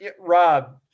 Rob